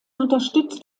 unterstützt